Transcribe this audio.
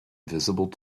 visible